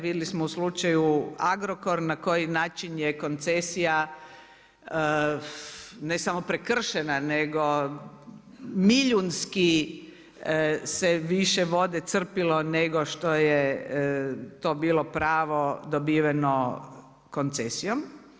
Vidjeli smo u slučaju Agrokor na koji način je koncesija ne samo prekršena nego milijunski se više vode crpilo nego što je to bilo pravo dobiveno koncesijom.